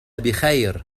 بخير